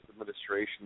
administration